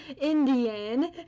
indian